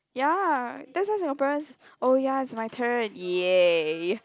ya that's how Singaporeans oh ya it's my turn ya